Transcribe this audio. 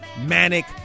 Manic